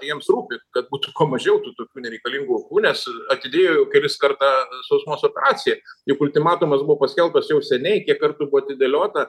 jiems rūpi kad būtų kuo mažiau tų tokių nereikalingų aukų nes atidėjo jau keliskart tą sausumos operaciją juk ultimatumas buvo paskelbtas jau seniai kiek kartų buvo atidėliota